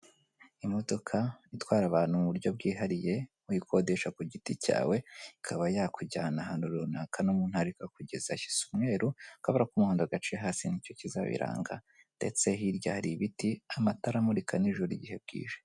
Imodoka itwara abantu mu buryo bwihariye, uyikodesha ku giti cyawe, ikaba yakujyana ahantu runaka, no mu ntara ikakugezayo. Isa umweru, akabara k'umuhandado gaciye hasi nicyo kizabiranga, ndetse hirya hari ibiti, amatara amurika ni'ijoro igihe bwije.